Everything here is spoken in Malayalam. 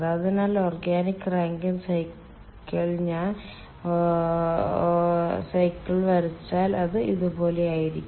അതിനാൽ ഓർഗാനിക് റാങ്കിൻ സൈക്കിൾ ഞാൻ ഓർഗാനിക് റാങ്കിൻ സൈക്കിൾ വരച്ചാൽ അത് ഇതുപോലെയായിരിക്കും